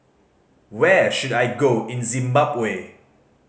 where should I go in Zimbabwe